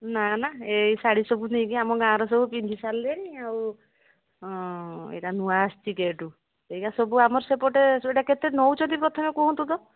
ନା ନା ଏଇ ଶାଢ଼ୀ ସବୁ ନେଇକି ଆମ ଗାଁରେ ସବୁ ପିନ୍ଧି ସାରିଲେଣି ଆଉ ହଁ ଏଇଟା ନୂଆ ଆସିଛି କେଉଁଠୁ ଏଗା ସବୁ ଆମର ସେପଟେ ଏଇଟା କେତେ ନେଉଛନ୍ତି ପ୍ରଥମେ କୁହନ୍ତୁ ତ